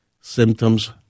symptoms